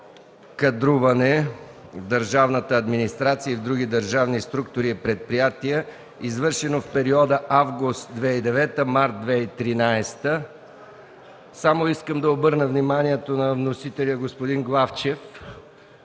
кадруване в държавната администрация и в други държавни структури и предприятия, извършено в периода август 2009 г. – март 2013 г. Само искам да обърна вниманието на вносителя господин Главчев,